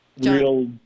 real